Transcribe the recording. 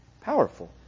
Powerful